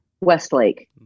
Westlake